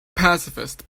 pacifist